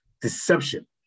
deception